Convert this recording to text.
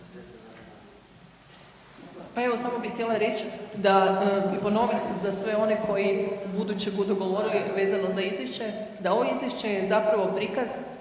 Pa evo samo bi htjela reć da i ponovit za sve one koji ubuduće budu govorili vezano za izvješće, da ovo izvješće je zapravo prikaz